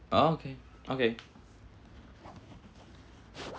okay okay